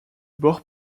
bore